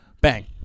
bang